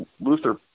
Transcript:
Luther